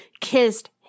kissed